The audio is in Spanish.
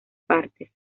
partes